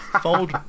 Fold